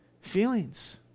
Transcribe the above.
Feelings